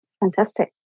Fantastic